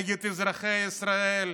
נגד אזרחי ישראל.